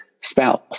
spouse